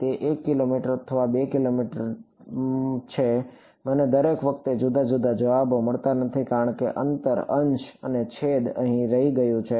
તે 1 કિલોમીટર અથવા 2 કિલોમીટર છે મને દરેક વખતે જુદા જુદા જવાબો મળતા નથી કારણ કે તે અંતર અંશ અને છેદથી અહીં રદ થઈ ગયું છે